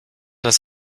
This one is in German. das